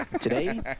Today